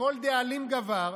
וכל דאלים גבר,